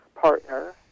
partner